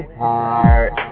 heart